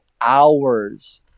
hours